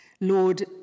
Lord